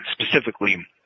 specifically